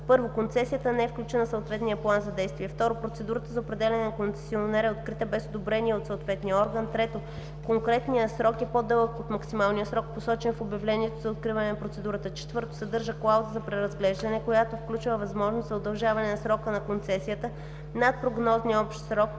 1. концесията не е включена в съответния план за действие; 2. процедурата за определяне на концесионер е открита без одобрение от съответния орган; 3. конкретният срок е по-дълъг от максималния срок, посочен в обявлението за откриване на процедурата; 4. съдържа клауза за преразглеждане, която включва възможност за удължаване на срока на концесията над прогнозния общ срок